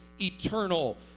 eternal